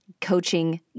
coaching